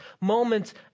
moments